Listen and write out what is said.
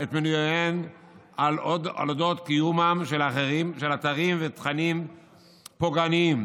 את מנוייהן על קיומם של אתרים ותכנים פוגעניים